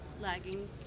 lagging